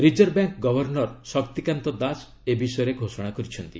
reserve bank governor Shaktikanta Das ଏହି ବିଷୟରେ ଘୋଷଣା କରିଛନ୍ତି